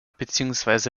beziehungsweise